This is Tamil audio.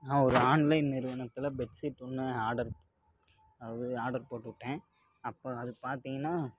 நான் ஒரு ஆன்லைன் நிறுவனத்தில் பெட்ஷீட் ஒன்று ஆர்டர் அது ஆர்டர் போட்டு விட்டேன் அப்போ அது பார்த்திங்கனா